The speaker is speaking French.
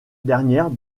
dernière